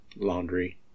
laundry